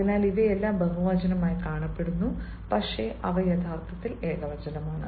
അതിനാൽ ഇവയെല്ലാം ബഹുവചനമായി കാണപ്പെടുന്നു പക്ഷേ അവ യഥാർത്ഥത്തിൽ ഏകവചനമാണ്